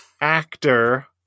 actor